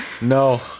No